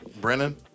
Brennan